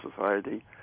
society